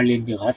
מלינרסקה,